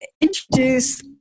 introduce